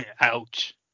Ouch